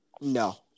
No